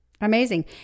Amazing